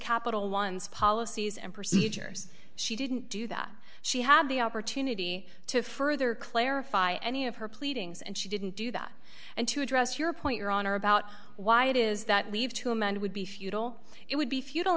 capital one's policies and procedures she didn't do that she had the opportunity to further clarify any of her pleadings and she didn't do that and to address your point your honor about why it is that leave to amend would be futile it would be futile